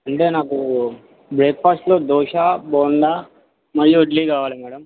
అంటే నాకు బ్రేక్ఫాస్ట్లో దోశ బోండా మరియు ఇడ్లీ కావాలి మ్యాడమ్